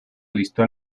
alistó